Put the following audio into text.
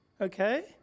okay